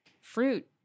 Fruit